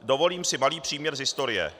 Dovolím si malý příměr z historie.